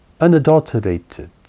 unadulterated